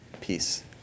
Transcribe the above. Peace